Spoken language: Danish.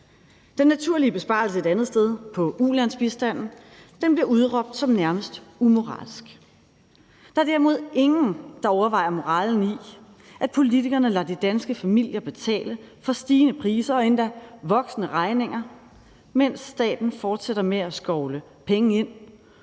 Den naturlige besparelse et andet sted, på ulandsbistanden, bliver udråbt som nærmest umoralsk. Der er derimod ingen, der overvejer moralen i, at politikerne lader de danske familier betale for stigende priser og voksende regninger, mens staten fortsætter med at skovle penge ind